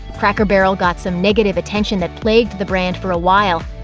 cracker barrel got some negative attention that plagued the brand for a while,